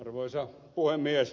arvoisa puhemies